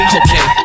okay